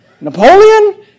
Napoleon